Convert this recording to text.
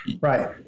Right